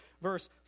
verse